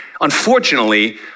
unfortunately